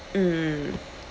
mm